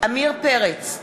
עמיר פרץ,